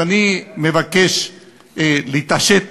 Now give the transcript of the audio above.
אז אני מבקש להתעשת